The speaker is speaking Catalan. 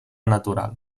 natural